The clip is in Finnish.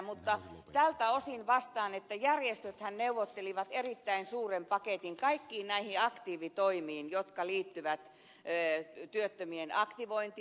mutta tältä osin vastaan että järjestöthän neuvottelivat erittäin suuren paketin kaikkiin näihin aktiivitoimiin jotka liittyvät työttömien aktivointiin